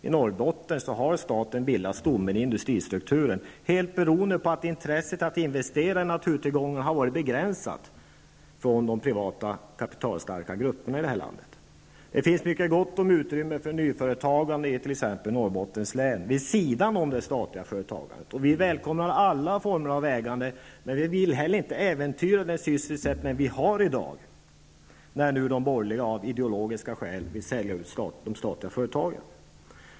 I Norrbotten har staten bildat stommen i industristrukturen helt beroende på att intresset för att investera i naturtillgångar har varit begränsat från de privata, kapitalstarka grupperna i landet. Det finns mycket gott om utrymme för nyföretagande i t.ex. Norrbottens län vid sidan om det statliga företagandet. Vi välkomnar alla former av ägande, men vi vill heller inte äventyra den sysselsättning vi har i dag när nu de borgerliga av ideologiska skäl vill sälja ut de statliga företagen.